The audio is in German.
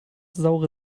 saure